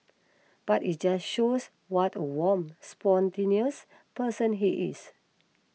but it just shows what a warm spontaneous person he is